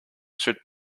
should